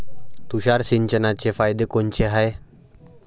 तुषार सिंचनाचे फायदे कोनचे हाये?